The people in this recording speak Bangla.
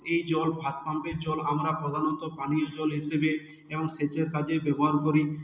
এই জল হাতপাম্পের জল আমরা প্রধানত পানীয় জল হিসেবে এবং সেচের কাজে ব্যবহার করি